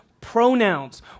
pronouns